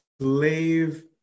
slave